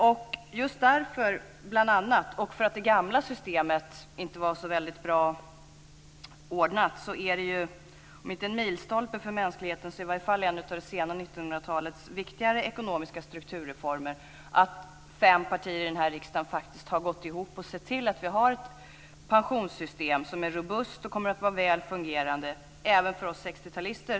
Bl.a. just därför och för att det gamla systemet inte var så väldigt bra ordnat är detta, om inte en milstolpe för mänskligheten så i alla fall en av det sena 1900-talets viktigare ekonomiska strukturreformer. Fem partier här i riksdagen har faktiskt gått ihop och sett till att vi har ett pensionssystem som är robust och kommer att vara väl fungerande även för oss 60-talister.